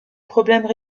problèmes